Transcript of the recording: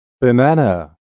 Banana